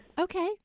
Okay